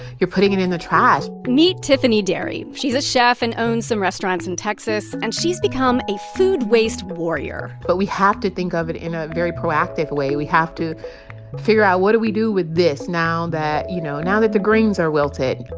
you're putting it in the trash meet tiffany derry. she's a chef and owns some restaurants in texas, and she's become a food waste warrior but we have to think of it in a very proactive way. we have to figure out, what do we do with this, now that you know, now that the greens are wilted?